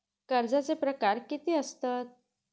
कर्जाचे प्रकार कीती असतत?